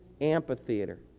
amphitheater